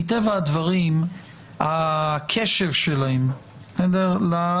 מטבע הדברים הקשב שלהם לצרכים,